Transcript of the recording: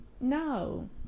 No